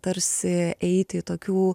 tarsi eiti į tokių